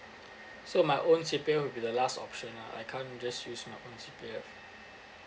so my own C_P_F will be the last option lah I can't just use my own C_P_F